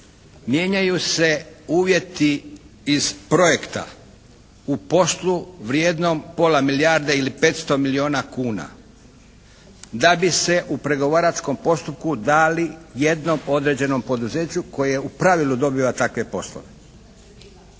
Mijenjaju se uvjeti iz projekta u poslu vrijednog pola milijarde ili 500 milijuna kuna, da bi se u pregovaračkom postupku dali jednom određenom poduzeću, koje u pravili dobiva takve poslove.